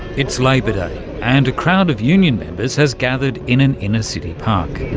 it's labour day and a crowd of union members has gathered in an inner city park.